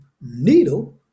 needle